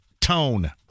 tone